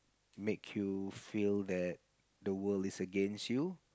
make you feel that the world is against you